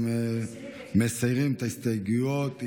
מסירים את ההסתייגויות.